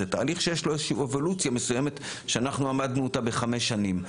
זה תהליך שיש לו אבולוציה מסוימת שאנחנו אמדנו אותה בחמש שנים,